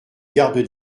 garde